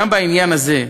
גם בעניין הזה,